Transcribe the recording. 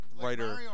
writer